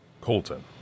Colton